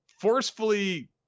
forcefully